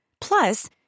Plus